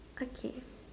okay